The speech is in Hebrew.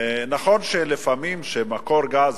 נכון שלפעמים מקור גז,